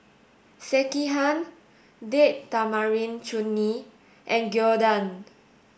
Sekihan Date Tamarind Chutney and Gyudon